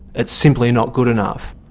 it's simply not good enough.